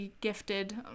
Gifted